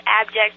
abject